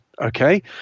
Okay